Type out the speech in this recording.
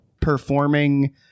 performing –